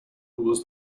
was